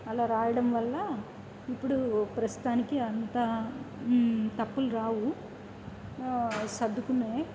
అలా రాయడం వల్ల ఇప్పుడు ప్రస్తుతానికి అంతా తప్పులు రావు సర్దుకున్నా